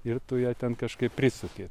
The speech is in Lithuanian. ir tu ją ten kažkaip prisuki